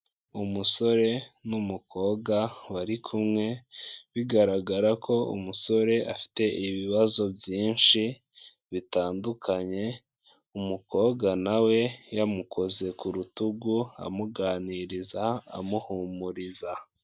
Umusore n'umukobwa bari kumwe bigaragara ko umusore afite ibibazo byinshi bitandukanye, umukobwa nawe we yamukoze ku rutugu amuganiriza amuhumuriza.